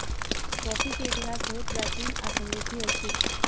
coffee के इतिहास बहुत प्राचीन आ समृद्धि अछि